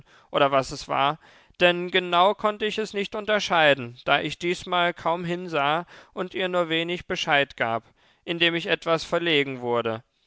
oder was es war denn genau konnte ich es nicht unterscheiden da ich diesmal kaum hinsah und ihr nur wenig bescheid gab indem ich etwas verlegen wurde